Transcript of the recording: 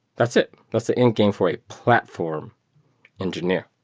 that's it. that's the endgame for a platform engineer.